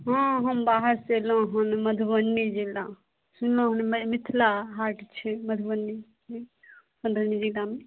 हँ हम बाहरसे अएलहुँ हँ मधुबनी जिला सुनलहुँ हँ मिथिला हाट छै मधुबनी मधुबनी जिलामे